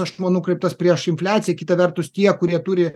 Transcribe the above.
ašmuo nukreiptas prieš infliaciją kita vertus tie kurie turi